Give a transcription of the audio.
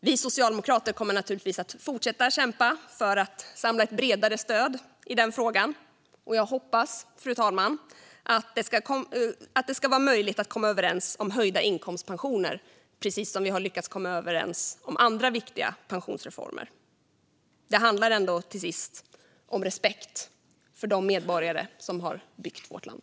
Vi socialdemokrater kommer naturligtvis att fortsätta att kämpa för att samla ett bredare stöd i frågan, och jag hoppas, fru talman, att det ska vara möjligt att komma överens om höjda inkomstpensioner, precis som vi har lyckats komma överens om andra viktiga pensionsreformer. Det handlar ändå till sist om respekten för de medborgare som har byggt vårt land.